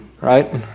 right